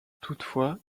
toutefois